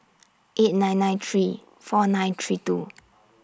eight nine nine three four nine three two